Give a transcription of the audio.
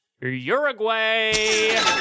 Uruguay